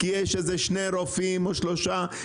כי יש איזה שניים-שלושה רופאים שצמודים